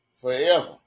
forever